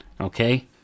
okay